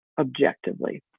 objectively